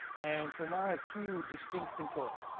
and so now i have two distinct controls.